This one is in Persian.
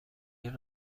این